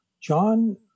John